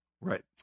Right